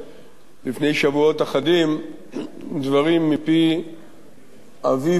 לפני שבועות אחדים דברים מפי אביו מורו: